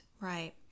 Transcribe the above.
Right